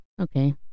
Okay